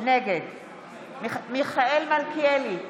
נגד מיכאל מלכיאלי,